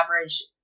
average